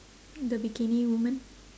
the bikini woman